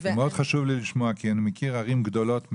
זה מאוד חשוב לי לשמוע, כי אני מכיר ערים בהן